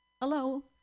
Hello